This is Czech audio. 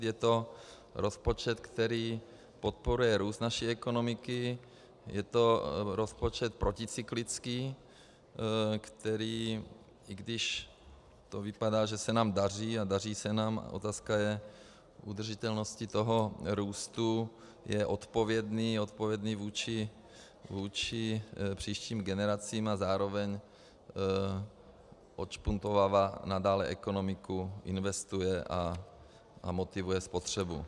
Je to rozpočet, který podporuje růst naší ekonomiky, je to rozpočet proticyklický, který, i když to vypadá, že se nám daří, a daří se nám, otázka je udržitelnosti toho růstu, je odpovědný, odpovědný vůči příštím generacím a zároveň odšpuntovává nadále ekonomiku, investuje a motivuje spotřebu.